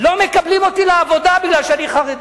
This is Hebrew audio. לא מקבלים אותי לעבודה, כי אני חרדי.